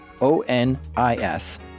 O-N-I-S